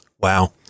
Wow